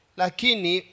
lakini